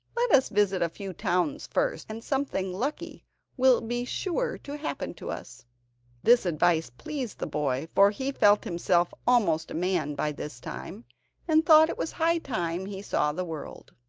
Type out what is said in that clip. let us visit a few towns first, and something lucky will be sure to happen to us this advice pleased the boy, for he felt himself almost a man by this time and thought it was high time he saw the world.